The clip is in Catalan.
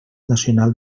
nacional